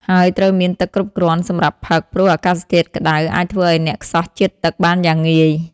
ហើយត្រូវមានទឹកគ្រប់គ្រាន់សម្រាប់ផឹក ព្រោះអាកាសធាតុក្ដៅអាចធ្វើឲ្យអ្នកខ្សោះជាតិទឹកបានយ៉ាងងាយ។